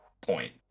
point